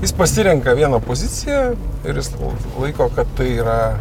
jis pasirenka vieną poziciją ir jis laiko kad tai yra